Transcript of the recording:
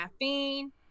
Caffeine